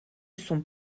sont